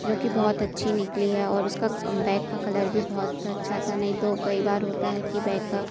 जो कि बहुत अच्छी निकली है और उसका बैग का कलर भी बहुत अच्छा था नहीं तो कई बार होता है कि बैग का